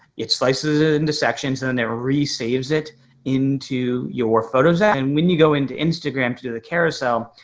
it slices it into sections and and it resaves it into your photos app. and when you go into instagram to do the carousel,